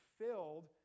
filled